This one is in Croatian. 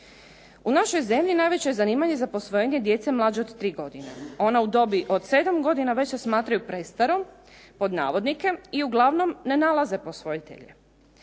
U našoj zemlji najveće je zanimanje za posvojenje djece mlađe od tri godine. Ona u dobi od sedam godina već se smatraju "prestarom" i uglavnom ne nalaze posvojitelja.